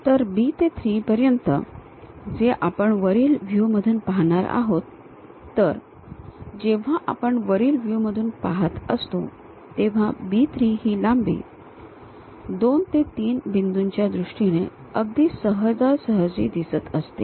तर B ते 3 पर्यंत जे आपण वरील व्ह्यू मधून पाहणार आहोत तर जेव्हा आपण वरील व्ह्यू मधून पाहत असतो तेव्हा B 3 ही लांबी 2 ते 3 बिंदूंच्या दृष्टीने अगदी सहज सहजी दिसत असते